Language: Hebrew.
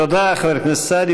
תודה, חבר הכנסת סעדי.